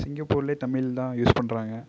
சிங்கப்பூர்ல தமிழ் தான் யூஸ் பண்ணுறாங்க